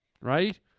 Right